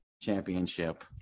championship